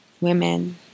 women